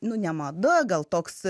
nu ne mada gal toks